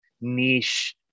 niche